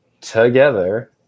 together